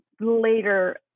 later